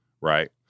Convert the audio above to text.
right